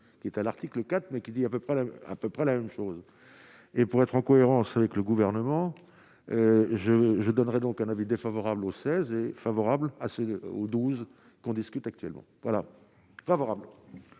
qui est à l'article 4 mais qui dit à peu près à peu près la même chose et pour être en cohérence avec le gouvernement, je donnerai donc un avis défavorable au 16 est favorable à ce que, au 12 qu'on discute actuellement voilà favorable.